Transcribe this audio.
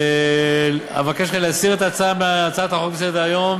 אבקש להסיר את הצעת החוק מסדר-היום